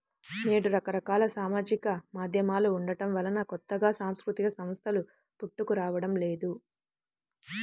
నేడు రకరకాల సామాజిక మాధ్యమాలు ఉండటం వలన కొత్తగా సాంస్కృతిక సంస్థలు పుట్టుకురావడం లేదు